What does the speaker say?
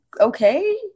okay